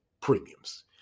premiums